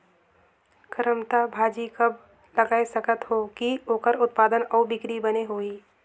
करमत्ता भाजी कब लगाय सकत हो कि ओकर उत्पादन अउ बिक्री बने होही?